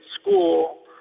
school